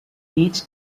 each